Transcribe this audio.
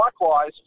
Likewise